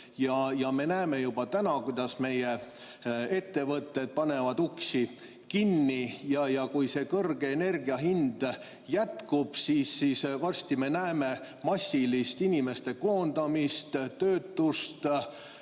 Me näeme juba täna, kuidas meie ettevõtted panevad uksi kinni. Kui kõrge energiahind jätkub, siis varsti me näeme massilist inimeste koondamist, töötust,